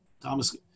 Thomas